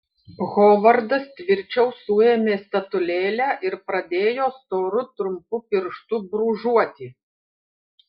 hovardas tvirčiau suėmė statulėlę ir pradėjo storu trumpu pirštu brūžuoti